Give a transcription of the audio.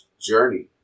journey